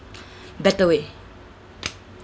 better way